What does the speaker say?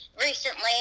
recently